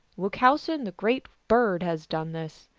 wuchowsen, the great bird, has done this!